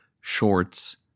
shorts